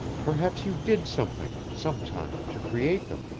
perhaps you did something, some time, to create them.